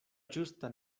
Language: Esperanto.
ĝusta